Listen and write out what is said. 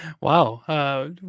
Wow